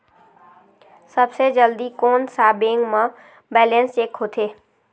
सबसे जल्दी कोन सा बैंक म बैलेंस चेक होथे?